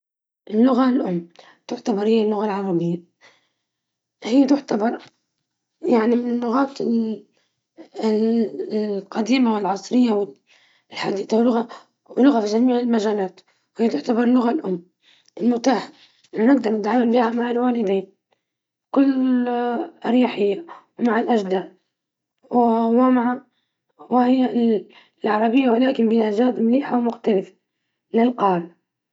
لغة والدي كانت الليبية الأم، بينما لغة أجدادي كانت خليطًا من اللهجة الليبية والعربية التقليدية.